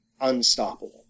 unstoppable